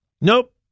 Nope